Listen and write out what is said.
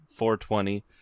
420